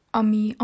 ami